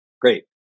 Great